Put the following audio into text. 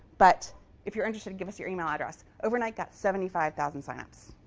but if you're interested, give us your email address. overnight, got seventy five thousand sign-ups,